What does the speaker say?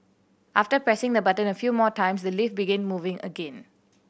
after pressing the button a few more times the lift began moving again